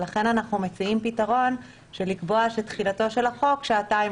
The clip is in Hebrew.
לכן אנחנו מציעים פתרון והוא לקבוע שתחילתו של החוק שעתיים